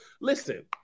Listen